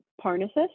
Parnassus